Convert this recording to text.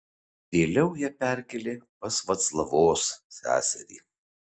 vėliau ją perkėlė pas vaclavos seserį